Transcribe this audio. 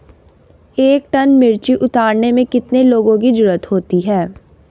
एक टन मिर्ची उतारने में कितने लोगों की ज़रुरत होती है?